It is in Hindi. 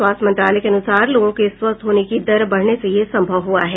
स्वास्थ्य मंत्रालय के अनुसार लोगों के स्वस्थ होने की दर बढ़ने से यह संभव हुआ है